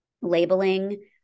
labeling